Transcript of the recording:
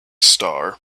star